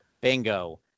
Bingo